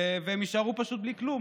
הן יישארו פשוט בלי כלום.